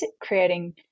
creating